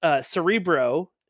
Cerebro